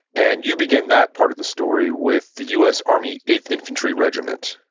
and you begin that part of the story with the us army eighth infantry regiment,